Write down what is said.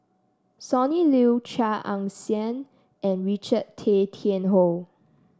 Sonny Liew Chia Ann Siang and Richard Tay Tian Hoe